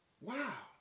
wow